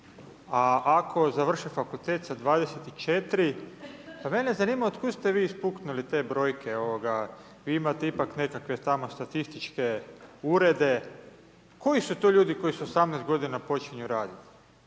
a ako završe fakultet sa 24 pa mene zanima od kud ste vi ispuknuli te brojke? Vi imate ipak nekakve tamo statističke urede, koji su to ljudi koji s 18 godina počinju radit?